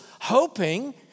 hoping